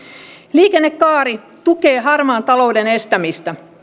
liikennekaari tukee harmaan talouden estämistä